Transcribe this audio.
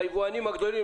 הגדולים,